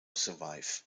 survive